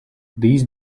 these